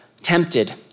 tempted